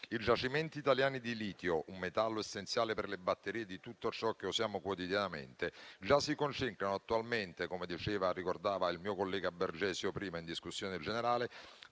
I giacimenti italiani di litio, un metallo essenziale per le batterie di tutto ciò che usiamo quotidianamente, già si concentrano attualmente - come ricordava il mio collega Bergesio prima in discussione generale